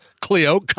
Cleo